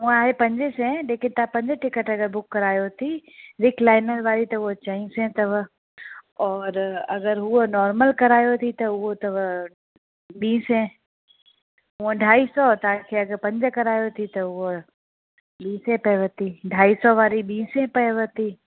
उहा आहे पंज सौ लेकिन तव्हां पंज टिकट अगरि बुक करायो थी रिकलाइनर वारी त उहा चईं सौ अथव और अगरि हूअ नॉर्मल करायो थी त उहो अथव ॿीं सौ हूंअं अढाई सौ तव्हांखे अगरि पंज करायो थी त उहा ॿी सौ पएव थी ढाई सौ वारी ॿीं सौ पएव थी